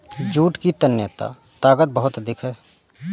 jute की तन्यता ताकत बहुत अधिक है